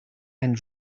and